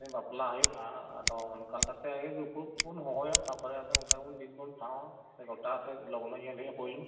ᱵᱟᱯᱞᱟ ᱦᱩᱭᱩᱜᱼᱟ ᱚᱱᱠᱟ ᱞᱮᱠᱟᱛᱮ ᱫᱩᱯᱲᱩᱵᱽ ᱵᱚᱱ ᱦᱚᱦᱚᱭᱟ ᱛᱟᱨᱯᱚᱨᱮ ᱚᱱᱠᱟᱜᱮ ᱢᱤᱫᱴᱟᱱ ᱵᱚᱱ ᱫᱤᱱ ᱵᱚᱱ ᱴᱷᱟᱶ ᱟ ᱥᱮ ᱜᱳᱴᱟ ᱥᱮ ᱞᱚᱜᱱᱚ ᱧᱮᱞ ᱦᱩᱭᱩᱜᱼᱟ ᱯᱳᱭᱞᱳ